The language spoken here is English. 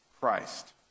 Christ